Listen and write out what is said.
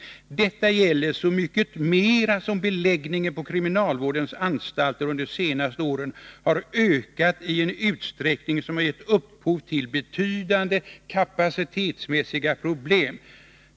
Detta gäller så mycket mera som beläggningen på kriminalvårdens anstalter under de senaste åren har ökat i en utsträckning som har gett upphov till betydande kapacitetsmässiga problem.